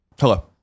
Hello